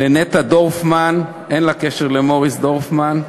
לנטע דורפמן, אין לה קשר למוריס דורפמן,